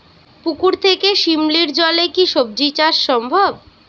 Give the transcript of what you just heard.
পুকুর থেকে শিমলির জলে কি সবজি চাষ সম্ভব?